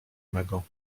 mego